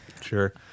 Sure